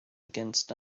against